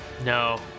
No